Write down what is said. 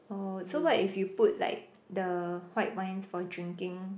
oh so what if you put like the white wines for drinking